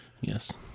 Yes